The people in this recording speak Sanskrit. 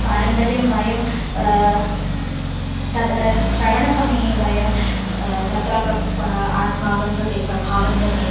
पारम्पर्यं वयं दर् श्रवणसमये वयं तत्र प्रत् पा आस्माकं कृते प्रभावं जनयति